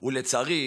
ולצערי,